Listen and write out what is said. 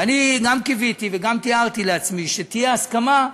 ואני גם קיוויתי וגם תיארתי לעצמי שתהיה הסכמה,